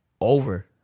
over